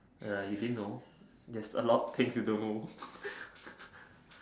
ya you didn't know there's a lot things you don't know